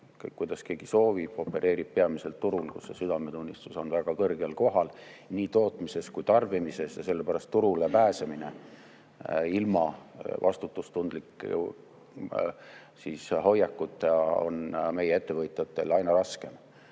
kuidas keegi soovib, opereerib peamiselt turul, kus südametunnistus on väga kõrgel kohal nii tootmises kui tarbimises. Sellepärast turule pääsemine ilma vastutustundlike hoiakuteta on meie ettevõtjatel aina raskem.